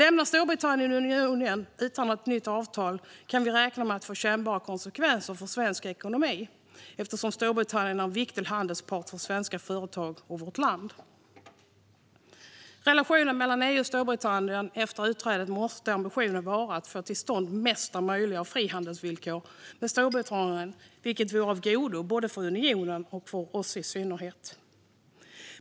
Om Storbritannien lämnar unionen utan ett nytt avtal kan vi räkna med kännbara konsekvenser för svensk ekonomi; Storbritannien är en viktig handelspartner för svenska företag. När det gäller relationen mellan EU och Storbritannien efter utträdet måste ambitionen vara att få till stånd mesta möjliga frihandelsvillkor med Storbritannien. Det vore av godo, både för unionen och i synnerhet för oss.